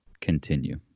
continue